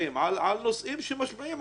על נושאים שמשפיעים על זה.